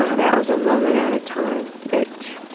um that was a moment out of time. it